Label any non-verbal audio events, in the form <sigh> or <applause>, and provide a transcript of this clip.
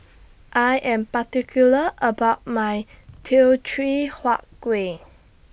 <noise> I Am particular about My Teochew Huat Kueh